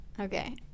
Okay